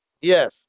Yes